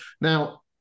now